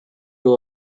two